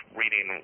reading